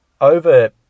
over